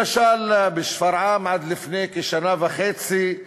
למשל, בשפרעם עד לפני כשנה וחצי,